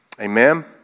Amen